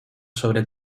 sobre